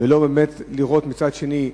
ומצד שני,